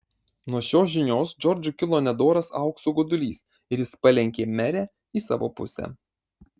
nuo šios žinios džordžui kilo nedoras aukso godulys ir jis palenkė merę į savo pusę